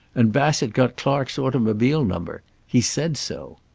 and bassett got clark's automobile number. he said so.